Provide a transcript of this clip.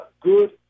good